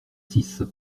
six